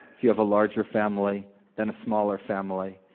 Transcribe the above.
if you have a larger family than a smaller family.